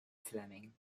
fleming